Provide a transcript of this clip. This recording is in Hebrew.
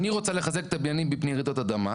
אני רוצה לחזק את הבניינים מפני רעידות אדמה.